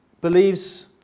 believes